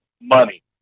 Money